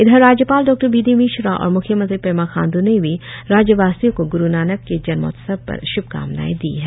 इधर राज्यपाल डॉ बी डी मिश्रा और म्ख्यमंत्री पेमा खांडू ने भी राज्यवासियों को ग्रुनानक के जन्मोत्सव पर श्भकामनाएं दी है